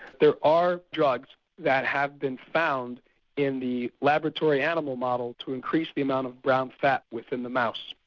there are drugs that have been found in the laboratory animal model to increase the amount of brown fat within the mouse.